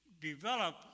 develop